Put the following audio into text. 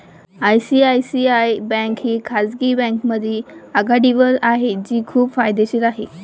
ICICI bank ही खाजगी बँकांमध्ये आघाडीवर आहे जी खूप फायदेशीर आहे